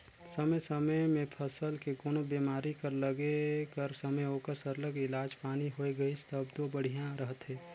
समे समे में फसल के कोनो बेमारी कर लगे कर समे ओकर सरलग इलाज पानी होए गइस तब दो बड़िहा रहथे